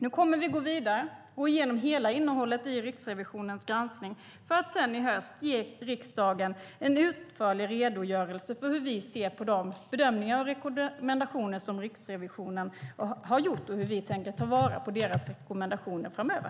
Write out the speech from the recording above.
Nu kommer vi att gå vidare och gå igenom hela innehållet i Riksrevisionens granskning för att i höst ge riksdagen en utförlig redogörelse för hur vi ser på de bedömningar som Riksrevisionen har gjort och hur vi tänker ta vara på deras rekommendationer framöver.